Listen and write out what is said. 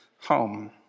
home